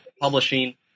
publishing